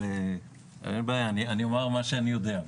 אני אומר את מה שאני יודע.